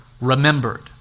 remembered